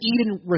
Eden